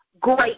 great